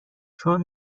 چون